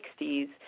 1960s